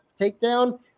takedown